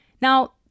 Now